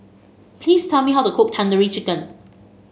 please tell me how to cook Tandoori Chicken